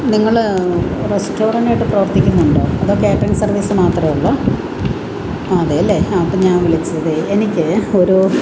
നിങ്ങൾ റസ്റ്റോറൻറ്റായിട്ട് പ്രവർത്തിക്കുന്നുണ്ടോ അതോ കാറ്ററിംഗ് സർവീസ് മാത്രമേ ഉള്ളോ ആ അതെ അല്ലേ ആ അപ്പം ഞാൻ വിളിച്ചതേ എനിക്കേ ഒരു